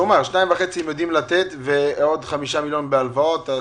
הוא אמר ש-2.5 הם יודעים לתת ועוד 5 מיליון בהלוואות.